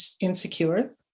insecure